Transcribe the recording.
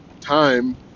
time